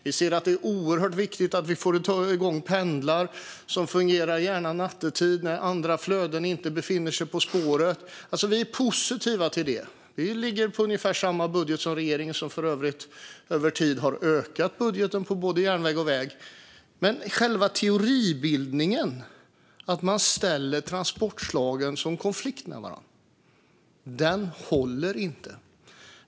Vi anser att det är mycket viktigt att få igång fungerande godspendlar, gärna nattetid när andra flöden inte befinner sig på spåret. Vi är positiva till detta och ligger på ungefär samma budget som regeringen, som för övrigt över tid har ökat budgeten på både järnväg och väg. Men själva teoribildningen, att ställa transportslag mot varandra, håller inte.